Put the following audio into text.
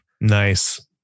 Nice